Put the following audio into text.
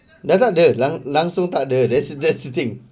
dia takde langsung takde that's the that's the thing